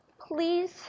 please